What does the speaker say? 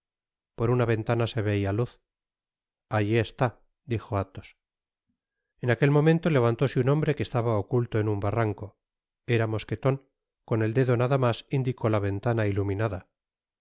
por una ventana se veia luz alli está dijo athos en aquel momento levantóse un hombre que estaba oculto en un barranco era mosqueton con el dedo nada mas indicó la ventana iluminada